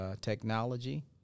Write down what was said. technology